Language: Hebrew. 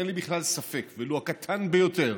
אין לי בכלל ספק ולו הקטן ביותר